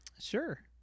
Sure